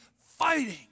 fighting